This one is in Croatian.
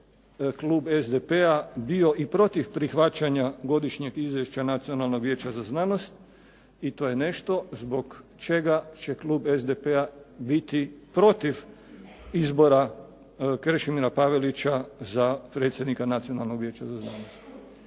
klub SDP-a bio i protiv prihvaćanja Godišnjeg izvješća Nacionalnog vijeća za znanost i to je nešto zbog čega će klub SDP-a biti protiv izbora Krešimira Pavelića za predsjednika Nacionalnog vijeća za znanost.